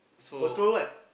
control what